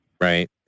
right